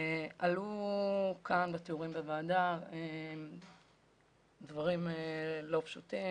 עלו כאן בתיאורים בוועדה דברים לא פשוטים,